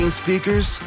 speakers